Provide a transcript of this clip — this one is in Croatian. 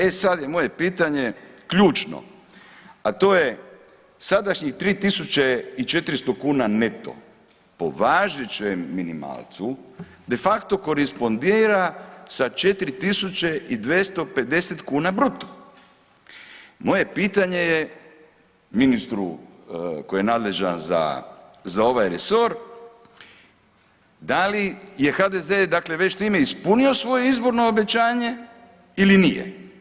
E sad je moje pitanje ključno, a to je sadašnjih 3.400 kuna neto po važećem minimalcu de facto korespondira sa 4.250 kuna bruto, moje pitanje je ministru koji je nadležan za ovaj resor da li je HDZ dakle već time ispunio svoje izborno obećanje ili nije?